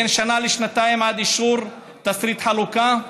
לוקח בין שנה לשנתיים עד אישור תשריט חלוקה,